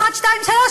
אחת-שתיים-שלוש,